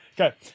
Okay